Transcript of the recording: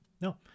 No